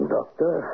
Doctor